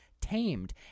tamed